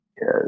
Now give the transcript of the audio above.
Yes